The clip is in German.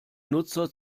nutzer